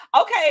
okay